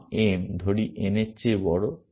মান m ধরি n এর চেয়ে বড়